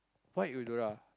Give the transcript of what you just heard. why Eudora